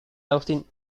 austin